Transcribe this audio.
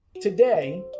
Today